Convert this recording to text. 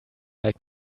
like